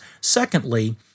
Secondly